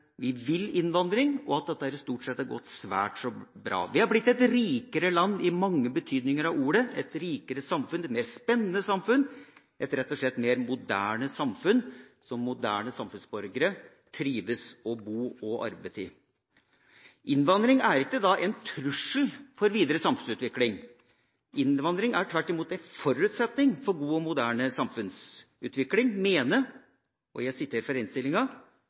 som vil ha innvandring, og at dette stort sett har gått svært så bra. Vi har blitt et rikere land i mange betydninger av ordet, et rikere samfunn, et mer spennende samfunn – rett og slett et mer moderne samfunn, som moderne samfunnsborgere trives med å bo og arbeide i. Innvandring er ikke en trussel mot videre samfunnsutvikling. Innvandring er tvert imot en forutsetning for god og moderne samfunnsutvikling mener – og jeg siterer fra innstillinga